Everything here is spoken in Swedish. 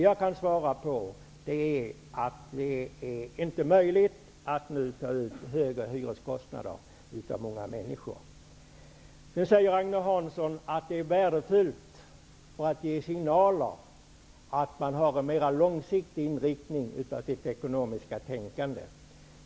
Jag kan däremot svara på att det inte möjligt att nu ta ut högre hyreskostnader av många människor. Agne Hansson säger vidare att det är värdefullt när man ger signaler om att man har en mera långsiktig inriktning i sitt ekonomiska tänkande.